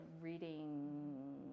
reading